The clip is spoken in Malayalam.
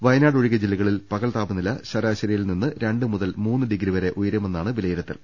വയ നാട് ഒഴികെ ജില്ലകളിൽ പകൽ താപനില ശരാശരിയിൽ നിന്ന് രണ്ട് മുതൽ മൂന്ന് ഡിഗ്രി വരെ ഉയരുമെന്നാണ് വിലയിരുത്തൽ